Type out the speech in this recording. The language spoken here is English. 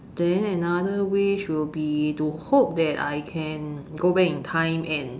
then another wish will be to hope that I can go back in time and